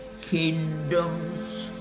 kingdoms